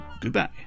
goodbye